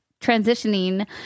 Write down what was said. transitioning